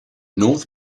north